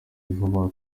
vuba